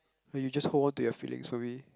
then you just hold on to your feelings for me